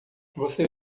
você